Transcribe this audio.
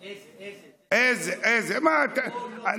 אֵיזה, אֵיזה, איזה, איזה.